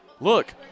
Look